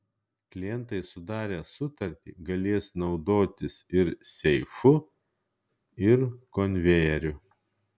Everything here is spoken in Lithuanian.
klientai sudarę sutartį galės naudotis ir seifu ir konvejeriu